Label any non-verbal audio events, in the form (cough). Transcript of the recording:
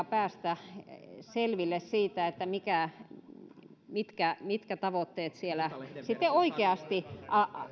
(unintelligible) päästä selville siitä mitkä mitkä tavoitteet siellä sitten oikeasti